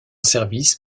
service